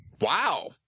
wow